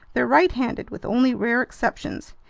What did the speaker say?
they're right-handed with only rare exceptions,